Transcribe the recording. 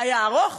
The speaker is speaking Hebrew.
היה ארוך